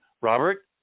Robert